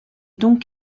donc